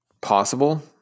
possible